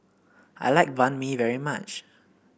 I like Banh Mi very much